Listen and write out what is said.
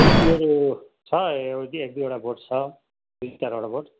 धुप्पीहरू छ एक दुईवटा बोट छ दुई चारवटा बोट